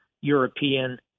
European